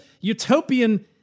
utopian